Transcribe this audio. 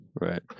right